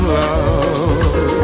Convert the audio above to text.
love